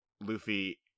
Luffy